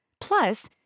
Plus